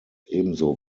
ebenso